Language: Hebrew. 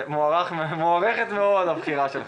מוערכת מאוד הבחירה שלך.